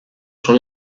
son